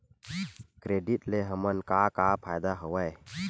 Credit ले हमन का का फ़ायदा हवय?